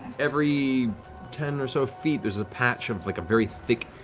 every ten or so feet, there's a patch of like very thick,